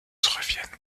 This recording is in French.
reviennent